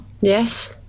Yes